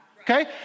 Okay